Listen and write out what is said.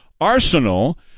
arsenal